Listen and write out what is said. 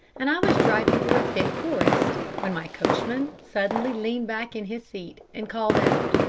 and i was driving through a thick forest, when my coachman suddenly leaned back in his seat and called out,